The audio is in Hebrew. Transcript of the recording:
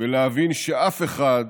ולהבין שאף אחד,